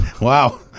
Wow